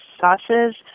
sauces